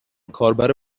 کاربر